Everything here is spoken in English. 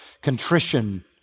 contrition